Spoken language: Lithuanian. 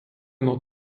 nuo